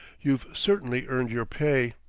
you've certainly earned your pay.